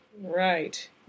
Right